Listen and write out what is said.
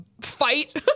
fight